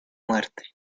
muerte